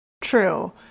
True